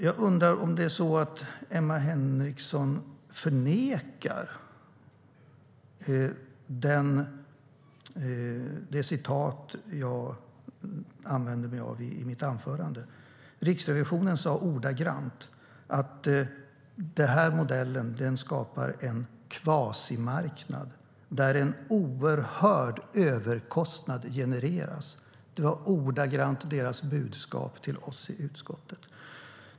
Jag undrar om det är så att Emma Henriksson förnekar det citat jag använde mig av i mitt huvudanförande. Riksrevisionens budskap till oss i utskottet var ordagrant att den här modellen skapar en kvasimarknad där en oerhörd överkostnad genereras.